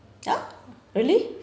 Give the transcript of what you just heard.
!huh! really